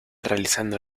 realizando